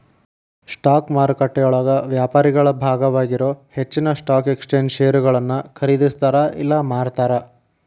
stock ಮಾರುಕಟ್ಟೆಯೊಳಗ ವ್ಯಾಪಾರಿಗಳ ಭಾಗವಾಗಿರೊ ಹೆಚ್ಚಿನ್ ಸ್ಟಾಕ್ ಎಕ್ಸ್ಚೇಂಜ್ ಷೇರುಗಳನ್ನ ಖರೇದಿಸ್ತಾರ ಇಲ್ಲಾ ಮಾರ್ತಾರ